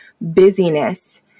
busyness